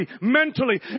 mentally